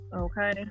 Okay